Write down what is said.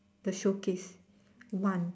the showcase one